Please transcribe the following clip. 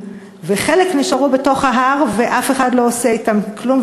וחלק נשארו בתוך ההר ואף אחד לא עושה אתן כלום,